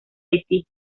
haití